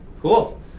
Cool